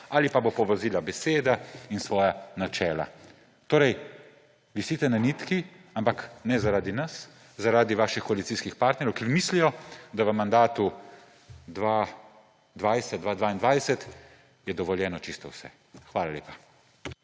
ali pa bo povozila besede in svoja načela. Torej, visite na nitki, ampak ne zaradi nas, zaradi vaših koalicijskih partnerjev, ki mislijo, da v mandatu 2020‒2022 je dovoljeno čisto vse. Hvala lepa.